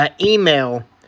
email